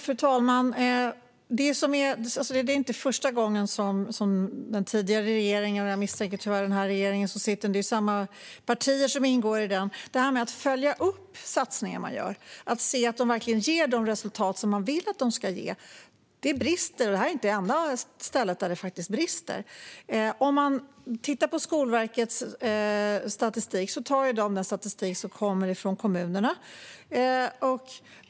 Fru talman! Det är inte första gången som den tidigare regeringen och, misstänker jag, tyvärr även den regering som sitter nu - det är ju samma partier som ingår i den - brister när det gäller att följa upp satsningar som man gör för att se att de verkligen ger de resultat som man vill att de ska ge. Detta är heller inte det enda ställe där det brister. Skolverket tar den statistik som kommer från kommunerna.